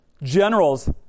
Generals